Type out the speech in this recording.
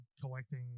collecting